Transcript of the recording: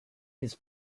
his